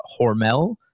Hormel